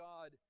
God